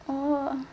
orh